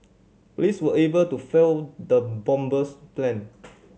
police were able to foil the bomber's plan